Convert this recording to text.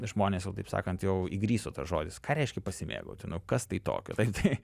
žmonės jau taip sakant jau įgriso tas žodis ką reiškia pasimėgauti nu kas tai tokio taip tai